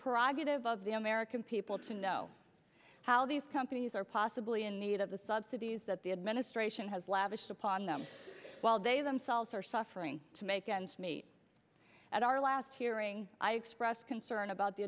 prerogative of the american people to know how these companies are possibly in need of the subsidies that the administration has lavished upon them while they themselves are suffering to make ends meet at our last hearing i expressed concern about the